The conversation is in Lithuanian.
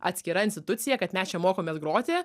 atskira institucija kad mes čia mokomės groti